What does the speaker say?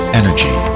energy